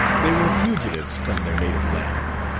they were fugitives from their native land,